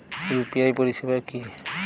UPI পরিসেবা কি?